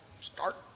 start